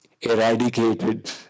eradicated